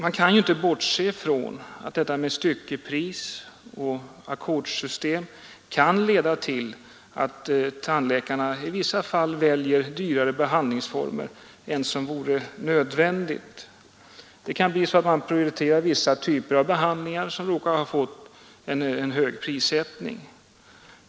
Man kan nämligen inte bortse från att detta med styckepris och ackordsystem kan leda till att tandläkarna i vissa fall väljer en dyrare behandlingsform än den som är nödvändig. Det kan bli så att de prioriterar vissa typer av behandling, som råkar ha fått en högre prissättning.